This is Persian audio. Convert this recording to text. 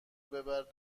ببر